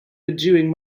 bedewing